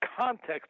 context